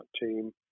team